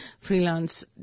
freelance